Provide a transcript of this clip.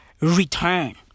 return